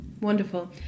Wonderful